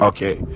Okay